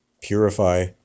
purify